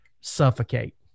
suffocate